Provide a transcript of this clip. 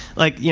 like, you